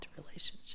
relationship